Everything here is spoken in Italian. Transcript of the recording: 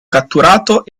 catturato